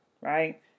right